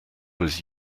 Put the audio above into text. was